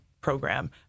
program